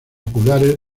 oculares